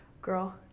girl